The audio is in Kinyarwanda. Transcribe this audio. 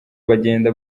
bagenda